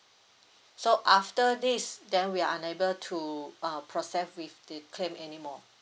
so after this then we are unable to uh process with the claim anymore